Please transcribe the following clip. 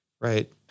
Right